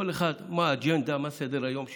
מה האג'נדה של כל אחד, מה סדר-היום שלו,